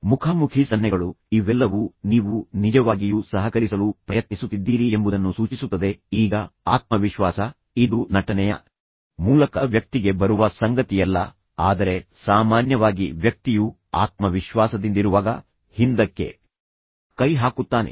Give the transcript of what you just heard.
ಮುಖಾಮುಖಿ ಸನ್ನೆಗಳು ಇವೆಲ್ಲವೂ ನೀವು ನಿಜವಾಗಿಯೂ ಸಹಕರಿಸಲು ಪ್ರಯತ್ನಿಸುತ್ತಿದ್ದೀರಿ ಎಂಬುದನ್ನು ಸೂಚಿಸುತ್ತದೆ ಈಗ ಆತ್ಮವಿಶ್ವಾಸ ಇದು ನಟನೆಯ ಮೂಲಕ ವ್ಯಕ್ತಿಗೆ ಬರುವ ಸಂಗತಿಯಲ್ಲ ಆದರೆ ಸಾಮಾನ್ಯವಾಗಿ ವ್ಯಕ್ತಿಯು ಆತ್ಮವಿಶ್ವಾಸದಿಂದಿರುವಾಗ ಹಿಂದಕ್ಕೆ ಕೈ ಹಾಕುತ್ತಾನೆ